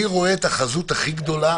אני רואה את החזות הכי גדולה